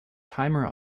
timer